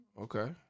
Okay